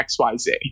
XYZ